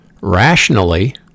rationally